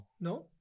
No